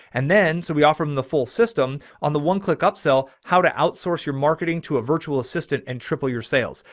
and then, so we offer them the full system on the oneclickupsell, how to outsource your marketing to a virtual assistant and triple your sales.